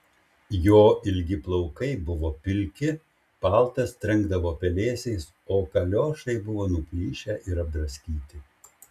jo ilgi plaukai buvo pilki paltas trenkdavo pelėsiais o kaliošai buvo nuplyšę ir apdraskyti